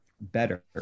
better